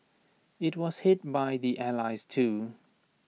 IT was hit by the allies too